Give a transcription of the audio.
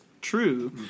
true